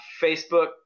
facebook